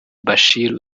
bashir